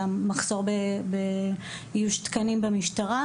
המחסור באיוש תקנים במשטרה,